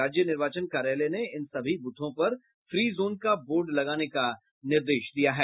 राज्य निर्वाचन कार्यालय ने इन सभी बूथों पर फ्री जोन का बोर्ड लगाने का निर्देश दिया है